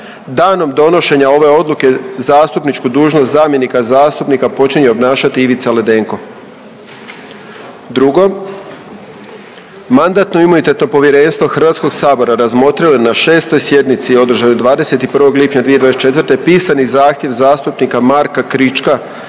Danom donošenja ove odluke zastupničku dužnost zamjenika zastupnika počinje obnašati Ivica Ledenko. Drugo, Mandatno-imunitetno povjerenstvo Hrvatskog sabora razmotrilo je na 6. sjednici održanoj 21. lipnja 2024. pisani zahtjev zastupnika Marka Krička